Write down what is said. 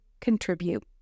contribute